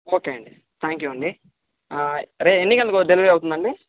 okay అండి thank you అండి రే ఎన్నిగంటలకి అవు డెలివరీ అవుతుందండి